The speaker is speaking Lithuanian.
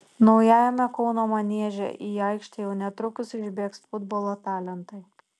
naujajame kauno manieže į aikštę jau netrukus išbėgs futbolo talentai